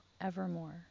evermore